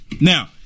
Now